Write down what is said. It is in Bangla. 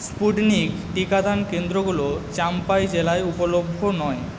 স্পুটনিক টিকাদান কেন্দ্রগুলো চাম্পাই জেলায় উপলভ্য নয়